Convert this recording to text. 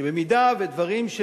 שבמידה שדברים,